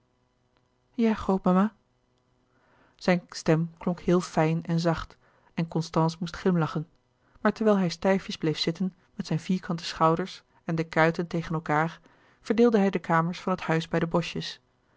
grootmama zijn stem klonk heel fijn en zacht en constance moest glimlachen maar terwijl hij stijfjes bleef zitten met zijn vierkante schouders en de kuiten tegen elkaâr verdeelde hij de kamers van het huis bij de boschjes